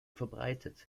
verbreitet